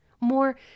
more